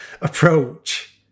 approach